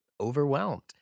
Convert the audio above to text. overwhelmed